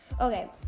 Okay